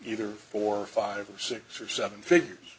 either four or five or six or seven figures